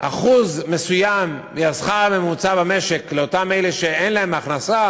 אחוז מסוים מהשכר הממוצע במשק לאותם אלה שאין להם הכנסה,